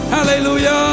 Hallelujah